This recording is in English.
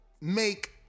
make